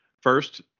First